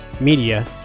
media